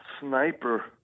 sniper